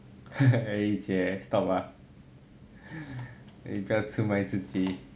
eh 姐 stop ah 你不要出卖自己